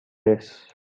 days